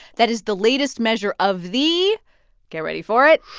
that is the latest measure of the get ready for it.